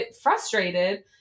frustrated